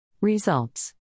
Results